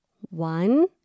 One